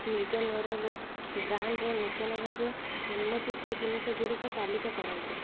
Nigo ନୋରୱେର୍ ବ୍ରାଣ୍ଡର ନୂତନ ଭାବେ ଉନ୍ମୋଚିତ ଜିନିଷ ଗୁଡ଼ିକ ତାଲିକା କରନ୍ତୁ